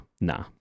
Nah